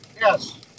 Yes